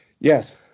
Yes